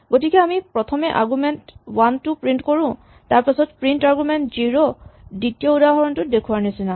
গতিকে আমি প্ৰথমে আৰগুমেন্ট ১ টো প্ৰিন্ট কৰো তাৰপাছত প্ৰিন্ট আৰগুমেন্ট জিৰ' দ্বিতীয় উদাহৰণটোত দেখুওৱাৰ নিচিনা